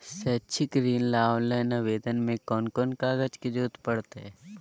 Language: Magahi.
शैक्षिक ऋण ला ऑनलाइन आवेदन में कौन कौन कागज के ज़रूरत पड़तई?